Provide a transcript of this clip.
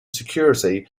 security